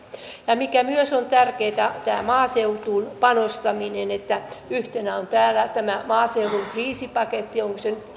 ja se mikä myös on tärkeää on tämä maaseutuun panostaminen että yhtenä on täällä tämä maaseudun kriisipaketti onko se nyt neljäkymmentä